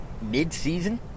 mid-season